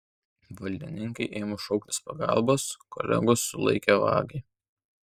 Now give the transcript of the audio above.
valdininkei ėmus šauktis pagalbos kolegos sulaikė vagį